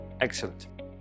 Excellent